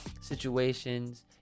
situations